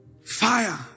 fire